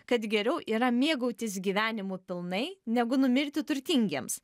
kad geriau yra mėgautis gyvenimu pilnai negu numirti turtingiems